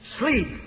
Sleep